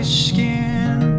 skin